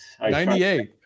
98